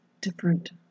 different